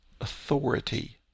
authority